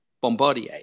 Bombardier